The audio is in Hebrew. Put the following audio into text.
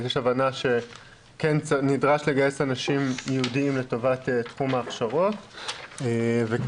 יש הבנה שנדרש לגייס אנשים ייעודיים לטובת תחום ההכשרות וכרגע